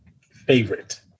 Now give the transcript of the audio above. favorite